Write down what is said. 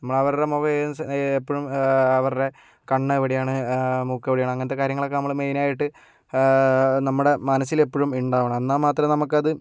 നമ്മള് അവരുടെ മുഖം ഏത് സ എപ്പഴും അവരുടെ കണ്ണ് എവിടെയാണ് മൂക്ക് എവിടെയാണ് അങ്ങനത്തെ കാര്യങ്ങളൊക്കെ നമ്മള് മെയിനായിട്ട് നമ്മുടെ മനസ്സില് എപ്പോഴും ഉണ്ടാവണം എന്നാൽ മാത്രമേ നമുക്ക് അത്